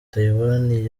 taiwan